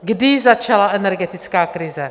Kdy začala energetická krize?